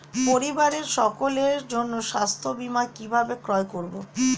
পরিবারের সকলের জন্য স্বাস্থ্য বীমা কিভাবে ক্রয় করব?